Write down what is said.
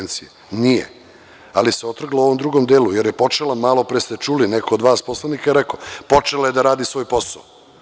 Nije, ali se otrgla u ovom drugom delu, jer je počela, malopre ste čuli, neko od vas poslanika je rekao, da radi svoj posao.